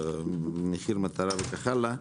מחיר מטרה וכך הלאה,